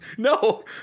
No